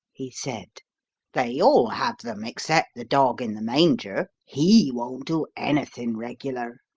he said they all have them except the dog in the manger he won't do anything regular.